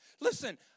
Listen